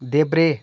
देब्रे